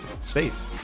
space